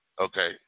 Okay